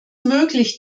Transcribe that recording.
möglich